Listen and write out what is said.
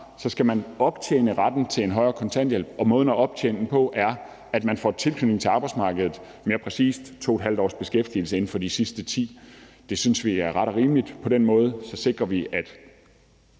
så skal man optjene retten til en højere kontanthjælp, og at måden at optjene den på er, at man får en tilknytning til arbejdsmarkedet, altså mere præcist 2½ års beskæftigelse inden for de sidste 10 år. Det synes vi er ret og rimeligt, og på den måde sikrer vi, at